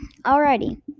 Alrighty